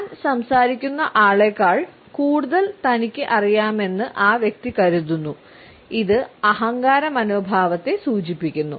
താൻ സംസാരിക്കുന്ന ആളേക്കാൾ കൂടുതൽ തനിക്ക് അറിയാമെന്ന് ആ വ്യക്തി കരുതുന്നു ഇത് അഹങ്കാര മനോഭാവത്തെ സൂചിപ്പിക്കുന്നു